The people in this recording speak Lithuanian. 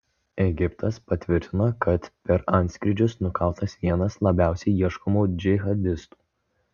egiptas patvirtino kad per antskrydžius nukautas vienas labiausiai ieškomų džihadistų